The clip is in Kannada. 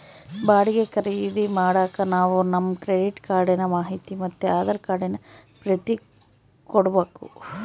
ಬಾಡಿಗೆ ಖರೀದಿ ಮಾಡಾಕ ನಾವು ನಮ್ ಕ್ರೆಡಿಟ್ ಕಾರ್ಡಿನ ಮಾಹಿತಿ ಮತ್ತೆ ಆಧಾರ್ ಕಾರ್ಡಿನ ಪ್ರತಿ ಕೊಡ್ಬಕು